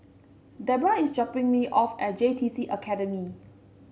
Deborah is dropping me off at J T C Academy